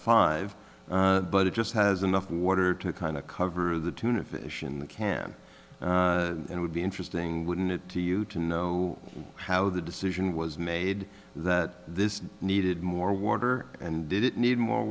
five but it just has enough water to kind of cover the tuna fish in the can and would be interesting wouldn't it to you to know how the decision was made that this needed more water and did it need more